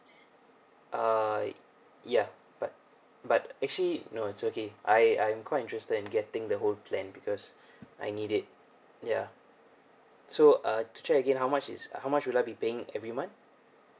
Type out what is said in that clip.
uh ya but but actually no it's okay I I'm quite interested in getting the whole plan because I need it ya so uh to check again how much is uh how much would I be paying every month